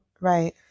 Right